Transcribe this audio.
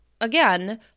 again